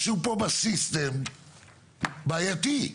משהו פה בסיסטם בעייתי.